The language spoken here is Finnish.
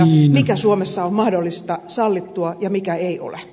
mikä suomessa on mahdollista sallittua ja mikä ei ole